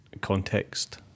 context